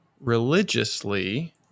religiously